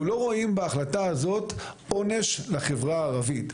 לא רואים בהחלטה הזאת עונש לחברה הערבית.